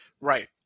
Right